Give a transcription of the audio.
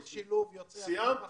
מינהלת שילוב ליוצאי המגזר החרדי.